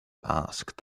asked